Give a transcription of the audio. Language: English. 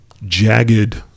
jagged